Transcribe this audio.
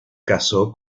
casó